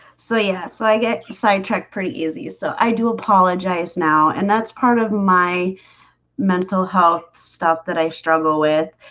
so, yeah, so i get sidetracked pretty easy so i do apologize now and that's part of my mental health stuff that i struggle with